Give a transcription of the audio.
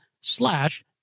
slash